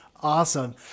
Awesome